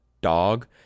dog